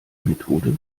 methode